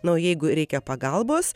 na o jeigu reikia pagalbos